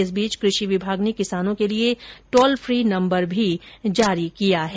इस बीच कृषि विभाग ने किसानों के लिये टोल फ्री नम्बर जारी किया है